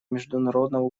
международного